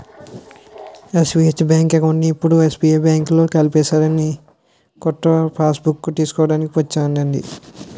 SBH bank అకౌంట్ని ఇప్పుడు SBI బాంకులో కలిపేసారని కొత్త పాస్బుక్కు తీస్కోడానికి ఒచ్చానండి